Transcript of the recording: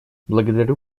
благодарю